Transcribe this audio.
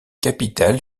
capitales